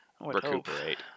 Recuperate